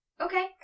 Okay